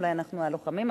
אולי אנחנו הלוחמים.